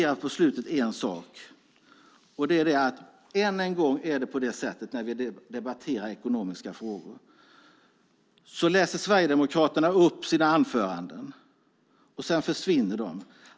Avslutningsvis: Ännu en gång är det så när vi debatterar ekonomiska frågor att sverigedemokrater här läser upp sina anföranden. Sedan försvinner de.